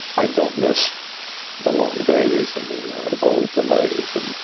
i don't miss the long days and the inevitable delays and